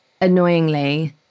annoyingly